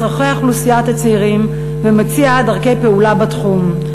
צורכי אוכלוסיית הצעירים ומציע דרכי פעולה בתחום.